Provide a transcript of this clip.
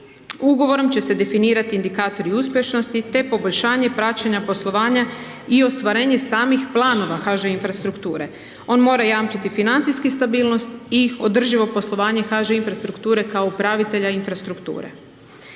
Ugovorom će se definirati indikatori uspješnosti te poboljšanje praćenja poslovanja i ostvarenja samih planova HŽ Infrastrukture. On mora jamčiti financijski stabilnost i održimo poslovanje HŽ Infrastrukture kao upravitelja infrastrukture.